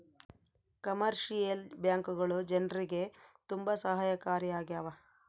commercial ಬ್ಯಾಂಕ್ಗಳು ಜನ್ರಿಗೆ ತುಂಬಾ ಸಹಾಯಕಾರಿ ಆಗ್ಯಾವ